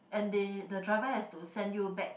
and they the driver has to send you back